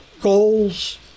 goals